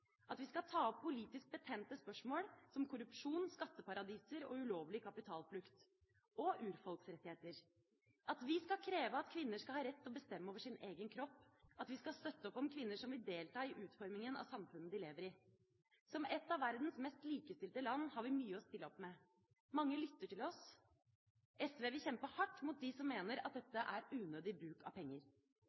at vi skal ta opp politisk betente spørsmål, som korrupsjon, skatteparadiser og ulovlig kapitalflukt, og urfolksrettigheter. SV har vært pådriver for at vi skal kreve at kvinner skal ha rett til å bestemme over sin egen kropp, at vi skal støtte opp om kvinner som vil delta i utformingen av samfunnet de lever i. Som et av verdens mest likestilte land har vi mye å stille opp med. Mange lytter til oss. SV vil kjempe hardt mot dem som mener at dette er unødig bruk av penger.